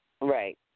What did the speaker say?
Right